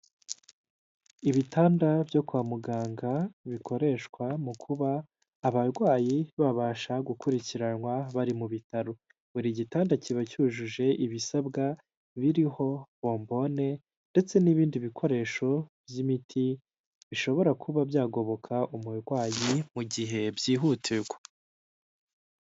Ibitanda byo kwa muganga bikoreshwa mu kuba abarwayi babasha gukurikiranwa bari mu bitaro buri gitanda kiba cyujuje ibisabwa biriho bombone ndetse n'ibindi bikoresho by'imiti bishobora kuba byagoboka umurwayi mu gihe byihutirwa.